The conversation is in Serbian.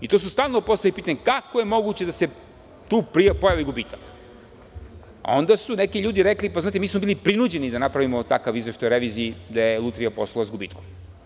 I to su stalno postavljali pitanje kako je moguće da se tu pojavi gubitak, a onda su neki ljudi rekli, pa znate mi smo bili prinuđeni da napravimo takav izveštaj o reviziji, da je "Lutrija" poslovala sa gubitkom.